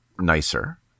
nicer